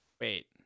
Wait